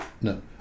no